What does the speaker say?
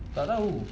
tak tahu